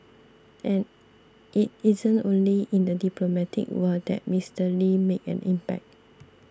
and it isn't only in the diplomatic world that Mister Lee made an impact